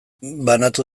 banatu